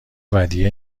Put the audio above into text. ودیعه